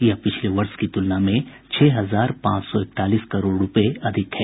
यह पिछले वर्ष की तुलना में छह हजार पांच सौ इकतालीस करोड़ रूपये अधिक है